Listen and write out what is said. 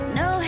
no